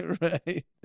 Right